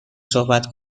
صحبت